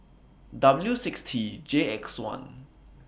W six T J X one